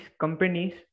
companies